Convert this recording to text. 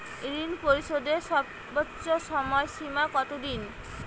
ঋণ পরিশোধের সর্বোচ্চ সময় সীমা কত দিন?